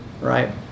right